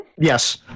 yes